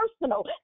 personal